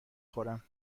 خورم